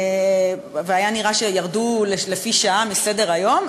והיה נראה שירדו לפי שעה מסדר-היום.